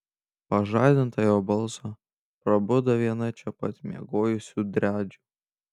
pažadinta jo balso prabudo viena čia pat miegojusių driadžių